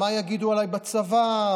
מה יגידו עליי בצבא,